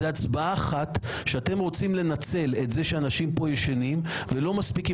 זאת הצבעה אחת שאתם רוצים לנצל את זה שאנשים פה ישנים ולא מספיקים,